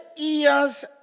ears